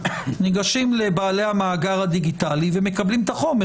ניגשים לבעלי המאגר הדיגיטלי ומקבלים את החומר.